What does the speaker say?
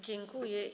Dziękuję.